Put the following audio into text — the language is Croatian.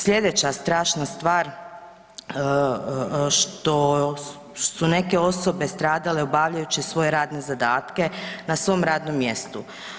Sljedeća strašna stvar što su neke osobe stradale obavljajući svoje radne zadatke na svom radnom mjestu.